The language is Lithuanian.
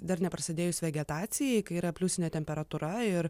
dar neprasidėjus vegetacijai kai yra pliusinė temperatūra ir